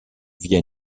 via